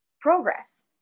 progress